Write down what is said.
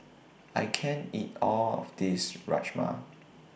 I can't eat All of This Rajma